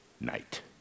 night